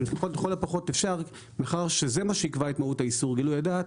לכל הפחות אפשר מאחר שזה מה שיקבע את מהות האיסור גילוי הדעת,